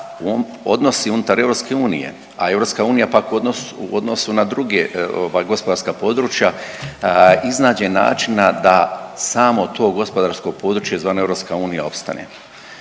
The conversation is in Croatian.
da odnosi unutar EU, a EU pak u odnosu na druga gospodarska područja iznađe načina da samo to gospodarsko područje zvano EU opstane.